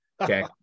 okay